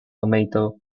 tomato